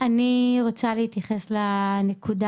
אני רוצה להתייחס לנקודה.